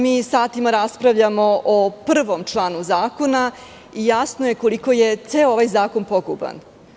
Mi satima raspravljamo o prvom članu zakona i jasno je koliko je ceo ovaj zakon poguban.